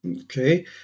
Okay